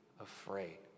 afraid